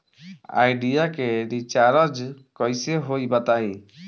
Idea के recharge कइसे होई बताईं?